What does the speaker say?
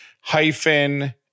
hyphen